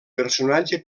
personatge